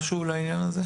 אין.